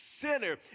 sinner